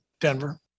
denver